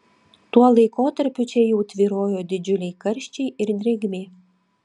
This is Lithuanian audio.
tuo laikotarpiu čia jau tvyrojo didžiuliai karščiai ir drėgmė